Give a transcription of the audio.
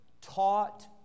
taught